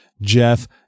Jeff